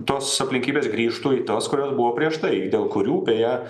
tos aplinkybės grįžtų į tas kurios buvo prieš tai dėl kurių beje